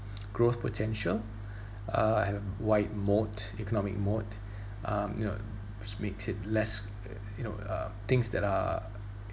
growth potential uh have wide moat economic moat um you know which makes it less uh you know uh things that are